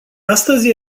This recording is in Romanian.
astăzi